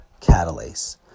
catalase